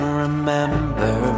remember